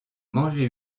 mangé